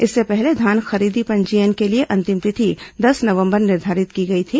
इससे पहले धान खरीदी पंजीयन के लिए अंतिम तिथि दस नवंबर निर्धारित की गई थी